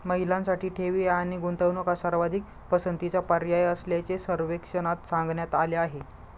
महिलांसाठी ठेवी आणि गुंतवणूक हा सर्वाधिक पसंतीचा पर्याय असल्याचे सर्वेक्षणात सांगण्यात आले आहे